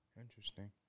Interesting